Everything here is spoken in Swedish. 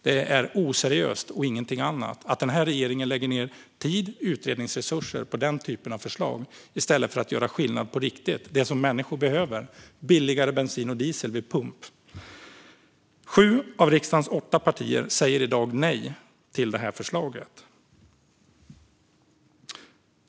Det är oseriöst och ingenting annat att den här regeringen lägger ned tid och utredningsresurser på den typen av förslag i stället för att göra skillnad på riktigt och ge människor det som de behöver, nämligen billigare bensin och diesel vid pump. Sju av riksdagens åtta partier säger i dag nej till det här förslaget.